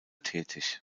tätig